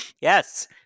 Yes